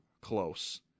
close